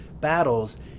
battles